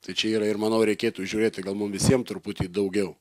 tai čia yra ir manau reikėtų žiūrėti gal mums visiems truputį daugiau